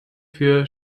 für